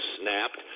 snapped